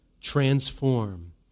transform